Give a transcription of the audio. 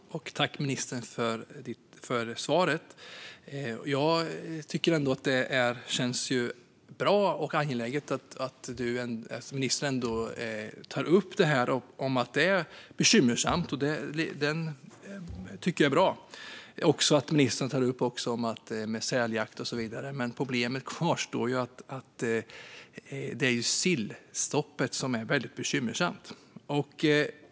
Fru talman! Tack, ministern, för svaret! Jag tycker att det känns bra och angeläget att ministern ändå tar upp att detta är bekymmersamt. Det är också bra att ministern tar upp säljakt och så vidare, men problemet kvarstår: Det är ju sillstoppet som är väldigt bekymmersamt.